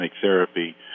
therapy